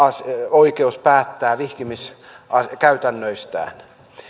oikeus päättää vihkimiskäytännöistään